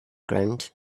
ground